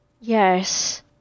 yes